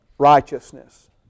Righteousness